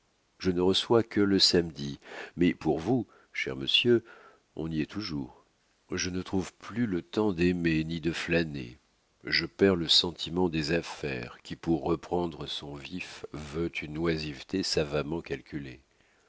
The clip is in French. je ne reçois que le samedi mais pour vous cher monsieur on y est toujours je ne trouve plus le temps d'aimer ni de flâner je perds le sentiment des affaires qui pour reprendre son vif veut une oisiveté savamment calculée